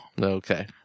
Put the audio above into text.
Okay